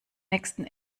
nächsten